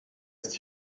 ist